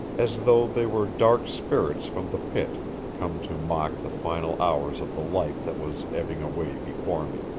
as though they were dark spirits from the pit come to mock the final hours of the life that was ebbing away before me.